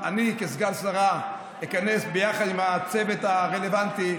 אני, כסגן שרה, איכנס, ביחד עם הצוות הרלוונטי,